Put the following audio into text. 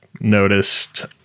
noticed